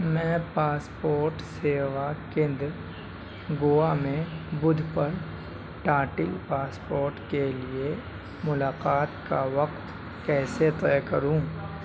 میں پاسپورٹ سیوا کیندر گوا میں بدھ پر ٹاٹل پاسپورٹ کے لیے ملاقات کا وقت کیسے طے کروں